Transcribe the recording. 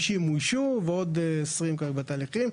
50 אוישו ועוד 20 בתהליכים,